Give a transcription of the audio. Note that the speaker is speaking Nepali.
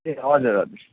ए हजुर हजुर